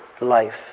life